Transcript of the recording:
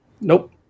Nope